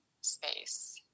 space